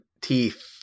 teeth